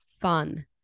fun